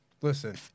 Listen